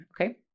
okay